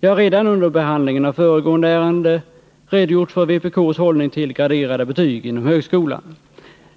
Jag har redan vid behandlingen av betänkande nr 20 redogjort för vpk:s hållning till graderade betyg inom högskolan.